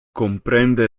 comprende